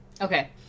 Okay